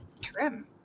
trim